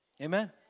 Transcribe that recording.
Amen